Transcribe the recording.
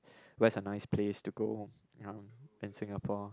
where's a nice place to go ya in Singapore